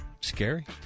Scary